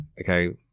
Okay